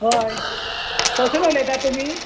हय खंयसून उलयतात तुमी